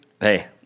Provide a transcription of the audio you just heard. Hey